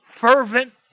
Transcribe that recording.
fervent